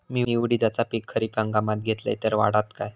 मी उडीदाचा पीक खरीप हंगामात घेतलय तर वाढात काय?